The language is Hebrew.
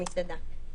" בתקנת משנה (ג),